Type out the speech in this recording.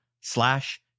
slash